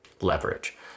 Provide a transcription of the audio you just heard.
leverage